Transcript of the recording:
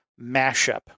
mashup